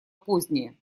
позднее